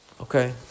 okay